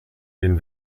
den